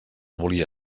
volia